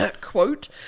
quote